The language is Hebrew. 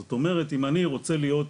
זאת אומרת אם אני רוצה להיות,